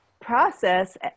process